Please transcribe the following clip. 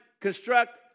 construct